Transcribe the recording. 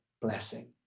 blessing